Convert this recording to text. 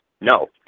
no